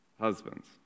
husbands